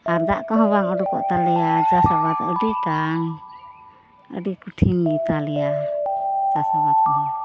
ᱟᱨ ᱫᱟᱜ ᱠᱚᱦᱚᱸ ᱵᱟᱝ ᱚᱰᱩᱠᱚᱜ ᱛᱟᱞᱮᱭᱟ ᱪᱟᱥ ᱟᱵᱟᱫ ᱟᱹᱰᱤ ᱴᱟᱱ ᱟᱹᱰᱤ ᱠᱚᱴᱷᱤᱱ ᱜᱮᱛᱟ ᱞᱮᱭᱟ ᱪᱟᱥ ᱟᱵᱟᱫ ᱠᱚᱦᱚᱸ